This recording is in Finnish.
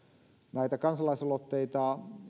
näitä kansalaisaloitteita